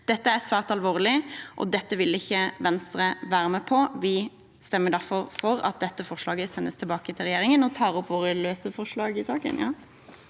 Dette er svært alvorlig, og dette vil ikke Venstre være med på. Vi stemmer derfor for at dette forslaget sendes tilbake til regjeringen, og jeg tar opp våre løse forslag i saken.